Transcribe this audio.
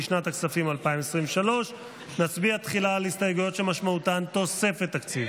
לשנת הכספים 2023. נצביע תחילה על הסתייגויות שמשמעותן תוספת תקציב.